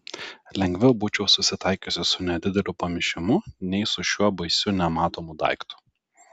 lengviau būčiau susitaikiusi su nedideliu pamišimu nei su šiuo baisiu nematomu daiktu